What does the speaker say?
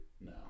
No